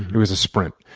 it was a sprint.